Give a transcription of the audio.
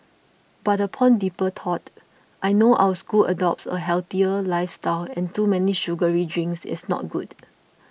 but upon deeper thought I know our school adopts a healthier lifestyle and too many sugary drinks is not good